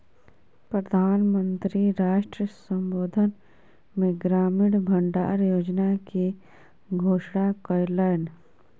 प्रधान मंत्री राष्ट्र संबोधन मे ग्रामीण भण्डार योजना के घोषणा कयलैन